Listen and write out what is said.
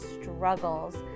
struggles